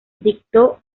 dictó